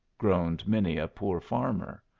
groaned many a poor farmer.